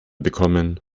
bekommen